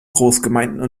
großgemeinde